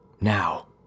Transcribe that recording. Now